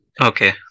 Okay